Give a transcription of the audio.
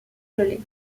gelées